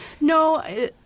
No